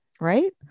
Right